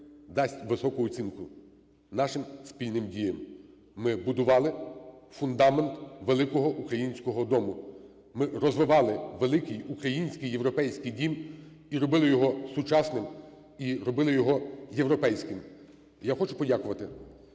дасть високу оцінку нашим спільним діям. Ми будували фундамент великого українського дому, ми розвивали великий український європейський дім і робили сучасним, і робили його європейським. І я хочу подякувати